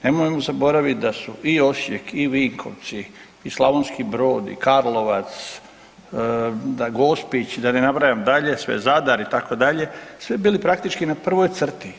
Nemojmo zaboraviti da su i Osijek i Vinkovci i Slavonski Brod i Karlovac, Gospić da ne nabrajam dalje sve Zadar itd., svi bili praktički na prvoj crti.